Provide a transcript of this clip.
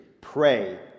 pray